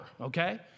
okay